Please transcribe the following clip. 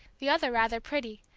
the other rather pretty,